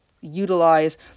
utilize